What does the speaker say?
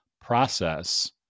process